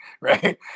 right